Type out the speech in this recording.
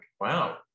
wow